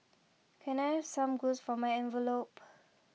can I have some glues for my envelopes